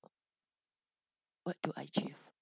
what do I achieve